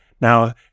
Now